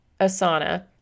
Asana